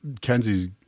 Kenzie's